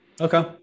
Okay